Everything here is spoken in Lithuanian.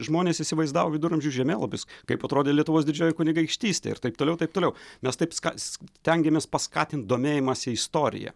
žmonės įsivaizdavo viduramžių žemėlapius kaip atrodė lietuvos didžioji kunigaikštystė ir taip toliau taip toliau mes taip stengiamės paskatint domėjimąsi istorija